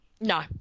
No